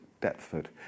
Deptford